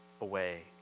away